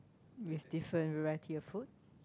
we have different variety of food